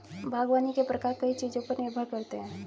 बागवानी के प्रकार कई चीजों पर निर्भर करते है